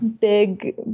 big